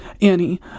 Annie